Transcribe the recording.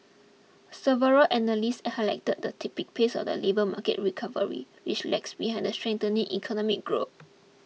several analysts highlighted the tepid pace of the labour market recovery which lags behind the strengthening economic growth